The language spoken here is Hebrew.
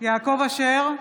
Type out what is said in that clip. יעקב אשר,